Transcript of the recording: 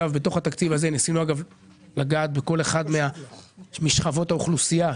בתוך התקציב הה ניסינו לגעת בכל אחת משכבות האוכלוסייה.